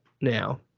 now